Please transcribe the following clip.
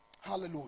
Hallelujah